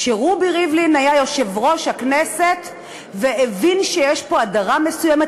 כשרובי ריבלין היה יושב-ראש הכנסת והבין שיש פה הדרה מסוימת,